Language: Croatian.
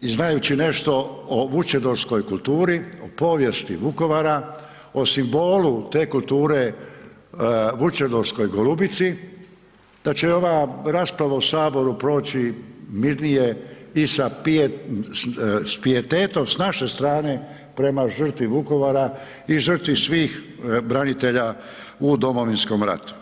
i znajući nešto o Vučedolskoj kulturi, o povijesti Vukovara, o simbolu te kulture Vučedolskoj golubici da će ova rasprava u Saboru proći mirnije i s pijetetom s naše strane prema žrtvi Vukovara i žrtvi svih branitelja u Domovinskom ratu.